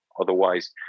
otherwise